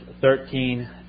13